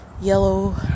yellow